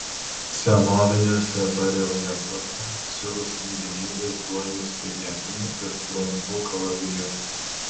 senoviniuose bareljefuose sirų samdiniai vaizduojami su ietimi ir trumpu kalaviju